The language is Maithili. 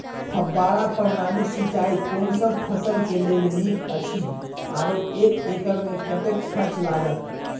फब्बारा प्रणाली सिंचाई कोनसब फसल के लेल नीक अछि आरो एक एकर मे कतेक खर्च लागत?